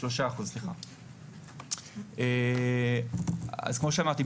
כמו שאמרתי,